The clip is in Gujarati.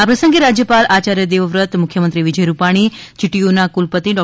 આ પ્રસંગે રાજ્યપાલ આચાર્ય દેવવ્રત મુખ્યમંત્રી વિજય રૂપાણી જીટીયુના કુલપતી ડો